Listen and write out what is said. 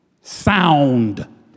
sound